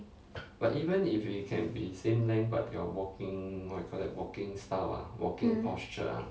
mm